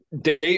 Dave